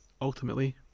ultimately